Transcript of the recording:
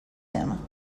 him